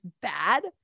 bad